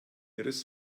ihres